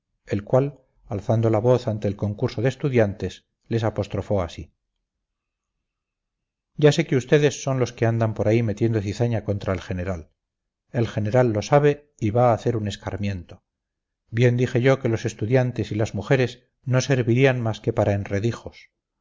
el cual alzando la voz ante el concurso de estudiantes les apostrofó así ya sé que ustedes son los que andan por ahí metiendo cizaña contra el general el general lo sabe y va a hacer un escarmiento bien dije yo que los estudiantes y las mujeres no servirían más que para enredijos en